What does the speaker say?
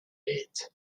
eat